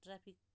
traffic